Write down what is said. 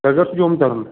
تۄہہِ کر چھُ جوٚم تَرُن